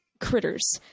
critters